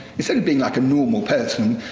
instead of being like a normal person,